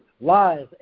Lies